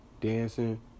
dancing